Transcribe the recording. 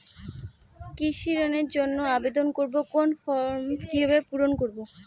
কৃষি ঋণের জন্য আবেদন করব কোন ফর্ম কিভাবে পূরণ করব?